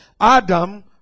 Adam